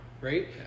right